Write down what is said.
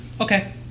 Okay